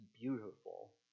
beautiful